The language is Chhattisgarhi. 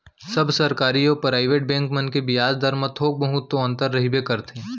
सब सरकारी अउ पराइवेट बेंक मन के बियाज दर म थोक बहुत तो अंतर रहिबे करथे